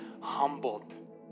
humbled